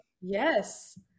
yes